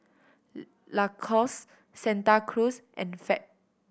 Lacoste Santa Cruz and Fab